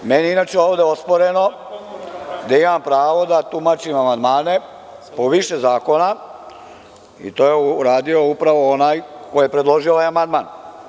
Meni je inače ovde osporeno da imam pravo da tumačim amandmane po više zakona, i to je uradio upravo onaj koji je predložio ovaj amandman.